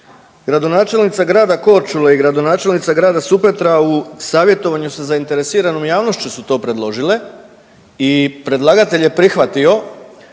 Gradonačelnica grada Korčule i gradonačelnica grada Supetra u savjetovanju sa zainteresiranom javnošću su to predložile i predlagatelj je prihvatio,